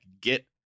get